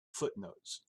footnotes